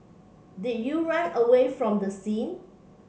did you run away from the scene